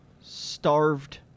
starved